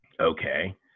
okay